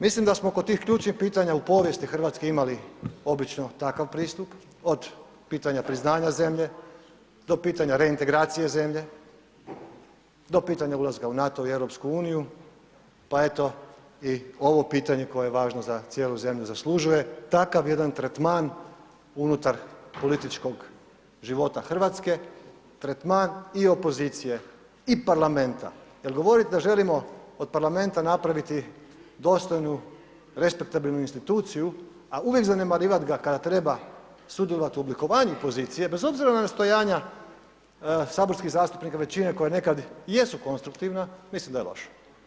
Mislim da smo kod tih ključnih pitanja u povijesti RH imali obično takav pristup, od pitanja priznanja zemlje do pitanja reintegracije zemlje, do pitanja ulaska u NATO i EU, pa eto i ovo pitanje koje je važno za cijelu zemlju zaslužuje takav jedan tretman unutar političkog života RH, tretman i opozicije i parlamenta jel govorit da želimo od parlamenta napraviti dostojnu respektabilnu instituciju, a uvijek zanemarivat ga kada treba sudjelovat u oblikovanju pozicije bez obzira na nastojanja saborskih zastupnika, većine koja nekad i jesu konstruktivna, mislim da je loše.